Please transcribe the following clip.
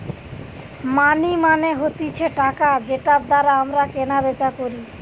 মানি মানে হতিছে টাকা যেটার দ্বারা আমরা কেনা বেচা করি